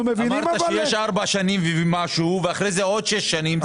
אנחנו מבינים --- אמרת שיש ארבע שנים ומשהו ואחרי זה עוד שש שנים.